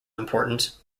important